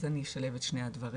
אז אני אשלב את שני הדברים.